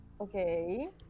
Okay